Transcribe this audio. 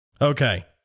Okay